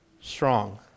strong